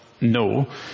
no